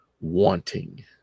wanting